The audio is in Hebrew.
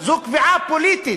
זו קביעה פוליטית.